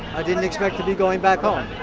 i didn't expect to be going back home.